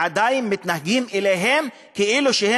עדיין מתנהגים אליהם כאילו,